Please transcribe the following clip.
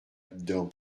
dedans